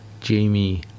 Jamie